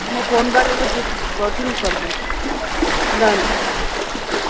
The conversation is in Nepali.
म फोन गरेर बुझ्छु गर्छु नि कल म ल ल